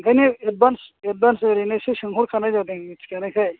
ओंखायनो एदभान्स ओरैनोसो सोंहरखानाय जादों मिथिनायखाय